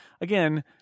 again